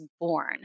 born